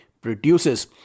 produces